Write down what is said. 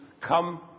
come